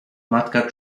matka